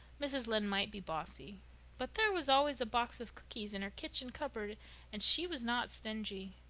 mrs. lynde might be bossy but there was always a box of cookies in her kitchen cupboard and she was not stingy.